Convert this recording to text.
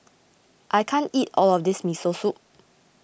I can't eat all of this Miso Soup